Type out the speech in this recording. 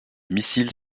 missile